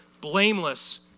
blameless